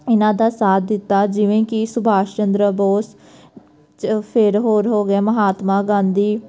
ਇਹਨਾਂ ਦਾ ਸਾਥ ਦਿੱਤਾ ਜਿਵੇਂ ਕਿ ਸੁਭਾਸ਼ ਚੰਦਰ ਬੋਸ ਫਿਰ ਹੋਰ ਹੋ ਗਿਆ ਮਹਾਤਮਾ ਗਾਂਧੀ